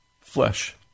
flesh